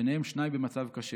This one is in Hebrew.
ביניהם שניים במצב קשה.